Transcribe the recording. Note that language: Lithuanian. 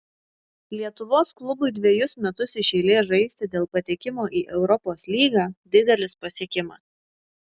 lietuvos klubui dvejus metus iš eilės žaisti dėl patekimo į europos lygą didelis pasiekimas